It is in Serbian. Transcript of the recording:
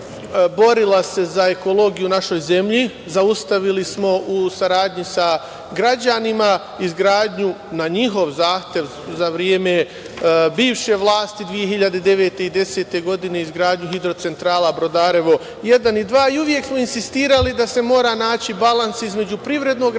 borila se za ekologiju u našoj zemlji, zaustavili smo, u saradnji sa građanima, izgradnju, na njihov zahtev, za vreme bivše vlasti 2009. i 2010. godine izgradnju hidrocentrala „Brodarevo 1 i 2“.Uvek smo insistirali da se mora naći balans između privrednog razvoja